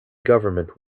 government